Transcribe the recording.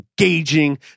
engaging